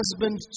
husband